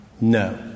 No